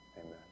Amen